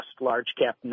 large-cap